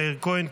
מאיר כהן,